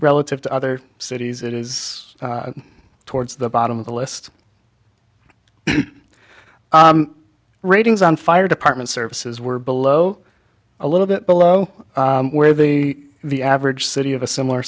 relative to other cities it is towards the bottom of the list ratings on fire department services were below a little bit below where the the average city of a similar